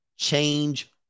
Change